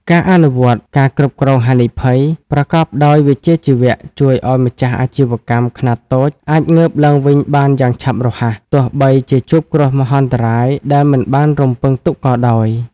ការអនុវត្ត ការគ្រប់គ្រងហានិភ័យ ប្រកបដោយវិជ្ជាជីវៈ ជួយឱ្យម្ចាស់អាជីវកម្មខ្នាតតូចអាចងើបឡើងវិញបានយ៉ាងឆាប់រហ័ស ទោះបីជាជួបគ្រោះមហន្តរាយដែលមិនបានរំពឹងទុកក៏ដោយ។